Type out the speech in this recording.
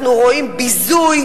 אנחנו רואים ביזוי,